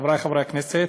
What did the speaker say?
חברי חברי הכנסת,